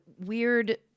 weird